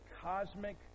cosmic